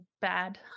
bad